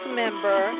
member